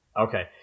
Okay